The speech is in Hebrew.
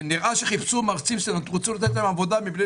נראה שחיפשו מרצים שרצו לתת להם עבודה מבלי